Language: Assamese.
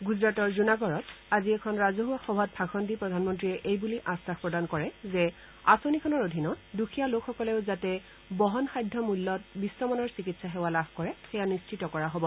গুজৰাজৰ জুনাগড়ত আজি এখন ৰাজহুৱা সভাত ভাষণ দি প্ৰধানমন্ত্ৰীয়ে এই বুলি আগ্বাস প্ৰদান কৰে যে আঁচনিখনৰ অধীনত দুখীয়া লোকসকলেও যাতে বহন সাধ্য মূল্যতে বিধ্বমানৰ চিকিৎসা সেৱা লাভ কৰে সেয়া নিশ্চত কৰা হ'ব